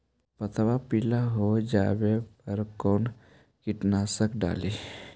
पतबा पिला हो जाबे पर कौन कीटनाशक डाली?